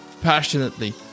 passionately